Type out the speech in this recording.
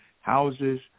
houses